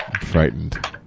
Frightened